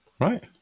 right